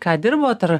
ką dirbot ar